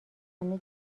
خانه